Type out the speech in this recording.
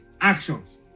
actions